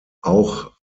auch